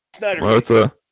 Martha